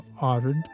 ordered